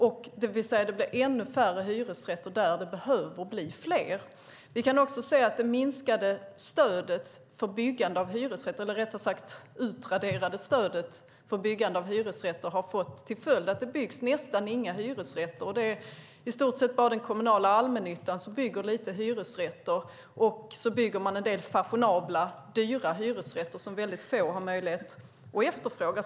Det betyder att det blir ännu färre hyresrätter där det behöver bli fler. Vi kan också se att det minskade, eller rättare sagt utraderade, stödet för byggande av hyresrätter har fått till följd att det nästan inte byggs några hyresrätter. Det är i stort sett bara den kommunala allmännyttan som bygger lite hyresrätter. Och så bygger man en del fashionabla dyra hyresrätter som väldigt få har möjlighet att efterfråga.